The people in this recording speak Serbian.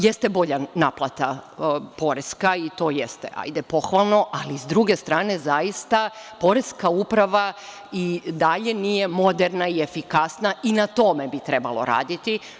Jeste bolja naplata poreska i to jeste pohvalno, ali s druge strane, zaista Poreska uprava i dalje nije moderna i efikasna i na tome bi trebalo raditi.